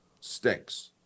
stinks